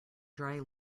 dry